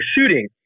shooting